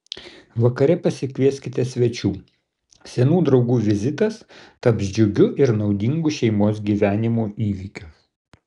vakare pasikvieskite svečių senų draugų vizitas taps džiugiu ir naudingu šeimos gyvenimo įvykiu